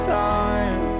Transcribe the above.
time